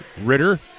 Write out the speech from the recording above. Ritter